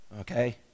okay